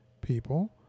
people